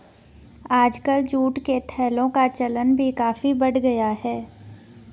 आजकल जूट के थैलों का चलन भी काफी बढ़ गया है